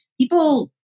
People